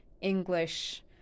English